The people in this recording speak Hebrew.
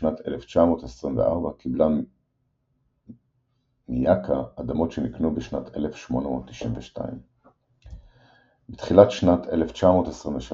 ובשנת 1924 קיבלה מיק"א אדמות שנקנו בשנת 1892. בתחילת שנת 1923